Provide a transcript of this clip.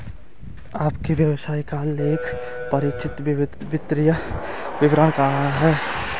आपके व्यवसाय का लेखापरीक्षित वित्तीय विवरण कहाँ है?